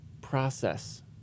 process